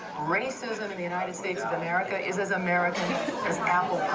racism in the united states of america is as american as apple